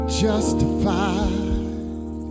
justified